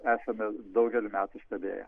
esame daugelį metų stebėję